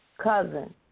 cousin